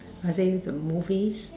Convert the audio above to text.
are they the movies